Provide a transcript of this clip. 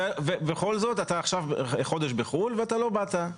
בכל זאת אתה עכשיו חודש בחוץ לארץ ולא באת.